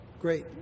great